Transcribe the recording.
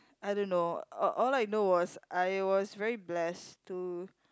I don't know all I know was I was very blessed to